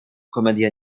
komedia